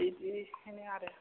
बिदिनिखायो आरो